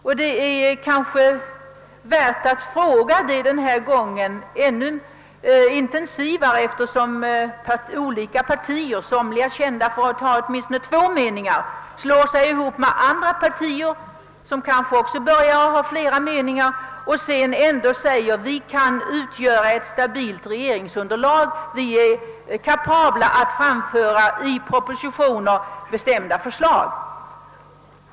Denna gång kan det vara särskild anledning att ställa den frågan, eftersom partier, kända för att ha åtminstone två meningar, nu slår sig ihop med andra, som kanske också börjar få flera meningar, och säger att de kan utgöra ett stabilt regeringsunderlag och är kapabla att i propositioner framlägga bestämda förslag.